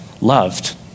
loved